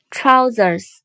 Trousers